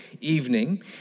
evening